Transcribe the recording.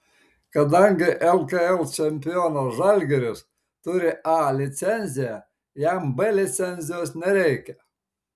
kadangi lkl čempionas žalgiris turi a licenciją jam b licencijos nereikia